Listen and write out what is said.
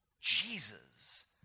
Jesus